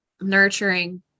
nurturing